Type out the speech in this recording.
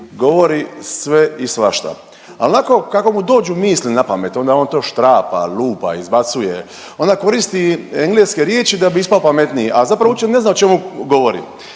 govori sve i svašta. Al, onako kako mu dođu misli na pamet, onda on to štrapa, lupa, izbacuje. Onda koristi engleske riječi da bi ispao pametniji, a zapravo uopće ne zna o čemu govori.